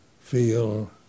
feel